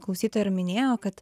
klausytoja ir minėjo kad